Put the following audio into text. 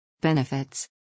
Benefits